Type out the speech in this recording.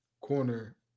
corner